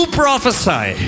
prophesy